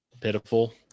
pitiful